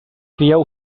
crieu